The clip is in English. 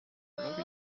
love